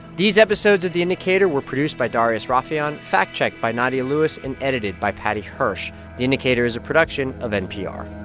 these episodes of the indicator were produced by darius rafieyan, fact-checked by nadia lewis and edited by paddy hirsch. the indicator is a production of npr